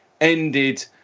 ended